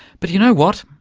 but you know what?